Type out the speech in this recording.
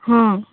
ହଁ